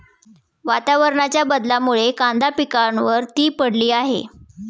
वातावरणाच्या बदलामुळे कांदा पिकावर ती पडली आहे